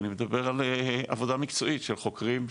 אני מדבר על עבודה מקצועית של חוקרים,